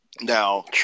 Now